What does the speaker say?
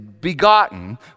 begotten